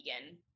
vegan